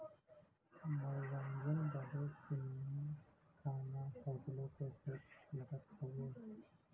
मनोरंजन बदे सीनेमा, खाना, होटलो पे टैक्स लगत हउए